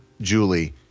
Julie